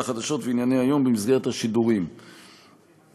החדשות וענייני היום במסגרת השידורים לפיו.